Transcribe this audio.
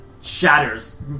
shatters